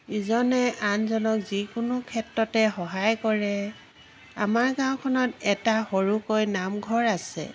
ইজনে আনজনক যিকোনো ক্ষেত্ৰতে সহায় কৰে আমাৰ গাঁওখনত এটা সৰুকৈ নামঘৰ আছে